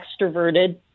extroverted